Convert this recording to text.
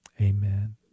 Amen